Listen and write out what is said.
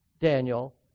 Daniel